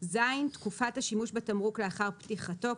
(ז)תקופת השימוש בתמרוק לאחר פתיחתו,